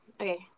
Okay